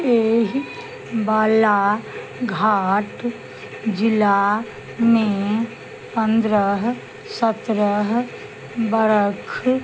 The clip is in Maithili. एहि बालाघाट जिलामे पनरह सतरह बरख